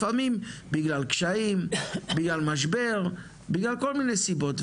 לפעמים זה בגלל קשיים, משבר או כל מיני סיבות.